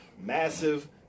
Massive